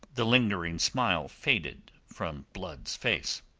the lingering smile faded from blood's face.